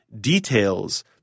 details